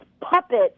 puppet